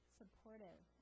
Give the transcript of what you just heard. supportive